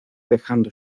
dejando